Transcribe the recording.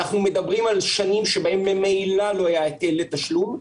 אנחנו מדברים על שנים שבהם ממילא לא היה היטל לתשלום.